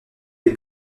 est